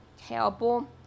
terrible